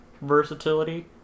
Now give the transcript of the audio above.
versatility